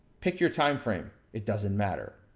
pick your timeframe. it doesn't matter.